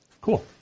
cool